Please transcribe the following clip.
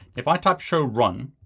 if i type show run,